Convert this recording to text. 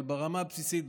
אבל ברמה הבסיסית,